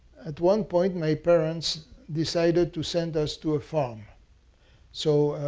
at one point my parents decided to send us to a farm so